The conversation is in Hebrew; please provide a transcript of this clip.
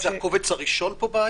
זה הקובץ הראשון שמופיע פה?